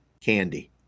candy